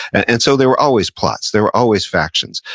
and and so, there were always plots, there were always factions.